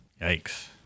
yikes